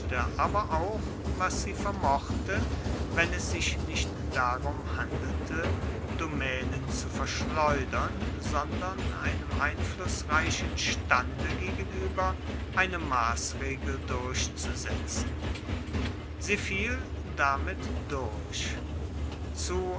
aber auch was sie vermochte wenn es sich nicht darum handelte domänen zu verschleudern sondern einem einflußreichen stande gegenüber eine maßregel durchzusetzen sie fiel damit durch zu